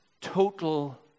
total